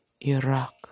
Iraq